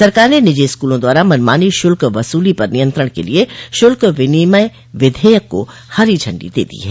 सरकार ने निजी स्कूलों द्वारा मनमानी शुल्क वसूली पर नियंत्रण के लिए शुल्क विनिमय विधेयक को हरी झंडी दे दी है